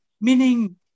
meaning